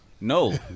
No